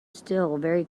still